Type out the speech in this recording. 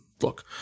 look